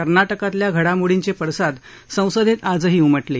कर्नाटकातल्या घडामोडींचे पडसाद संसदेत आजही उमटले